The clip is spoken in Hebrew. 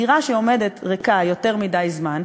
דירה שעומדת ריקה יותר מדי זמן,